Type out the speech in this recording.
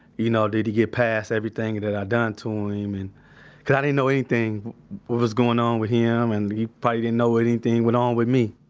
you know, did he get past everything that i've done to him? and cause i didn't know anything what was going on with him, and he probably didn't know anything went on with me